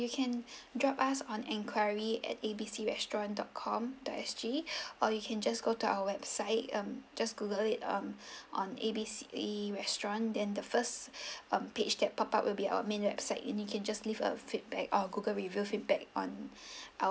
you can drop us an enquiry at A B C restaurant dot com dot S_G or you can just go to our website um just Google it um on A B C restaurant then the first page that pop up will be our webite and you can just leave a feedback on Google review feedback on our